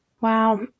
Wow